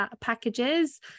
packages